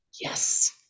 Yes